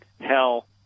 hell